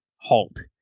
halt